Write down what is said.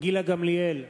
גילה גמליאל,